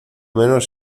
menos